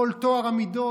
כל טוהר המידות,